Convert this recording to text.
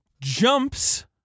Jumps